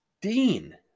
Dean